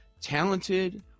talented